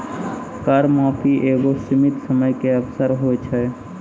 कर माफी एगो सीमित समय के अवसर होय छै